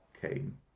came